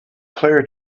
clear